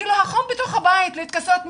אפילו החום בתוך הבית, להתכסות מהגשם.